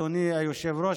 אדוני היושב-ראש,